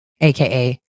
aka